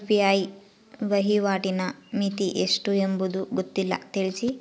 UPI ವಹಿವಾಟಿನ ಮಿತಿ ಎಷ್ಟು ಎಂಬುದು ಗೊತ್ತಿಲ್ಲ? ತಿಳಿಸಿ?